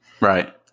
right